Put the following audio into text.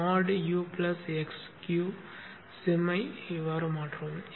mod u x qsim ஐ மாற்றவும்